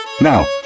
Now